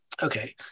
okay